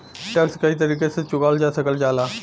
tax कई तरीके से चुकावल जा सकल जाला